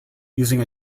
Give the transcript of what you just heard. using